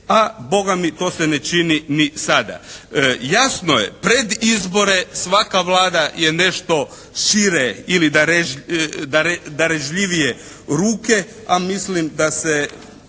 A Boga mi to se ne čini ni sada. Jasno je, pred izbore svaka Vlada je nešto šire ili darežljivije ruke, a mislim da se